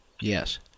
Yes